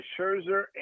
Scherzer